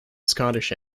scottish